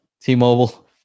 t-mobile